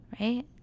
Right